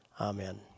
Amen